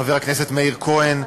חבר הכנסת מאיר כהן,